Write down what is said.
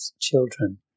children